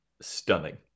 stunning